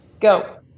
go